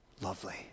lovely